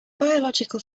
biological